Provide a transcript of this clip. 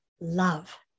love